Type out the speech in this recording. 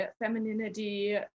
femininity